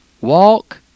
walk